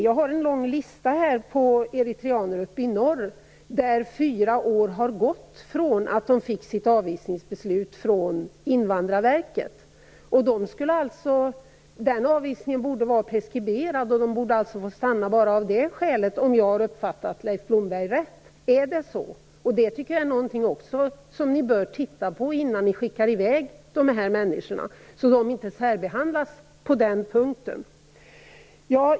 Jag har en lång lista över eritreaner uppe i norr för vilka fyra år har gått från det att de fick sitt avvisningsbeslut från Invandrarverket. Deras avvisningsbeslut borde alltså vara preskriberade och de borde bara av det skälet få stanna, om jag har uppfattat Leif Blomberg rätt. Är det så? Jag tycker att ni borde undersöka också det innan ni skickar i väg de här människorna, så att de inte särbehandlas i det här avseendet.